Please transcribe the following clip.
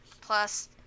plus